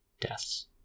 deaths